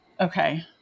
Okay